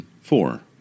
four